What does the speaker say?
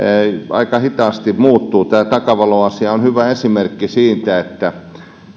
aika hitaasti muuttuu tämä takavaloasia on hyvä esimerkki siitä että